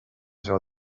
sur